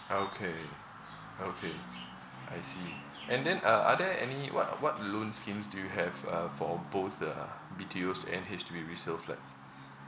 okay okay I see and then uh are there any what what loan schemes do you have uh for both uh B_T_Os and H_D_B resale flats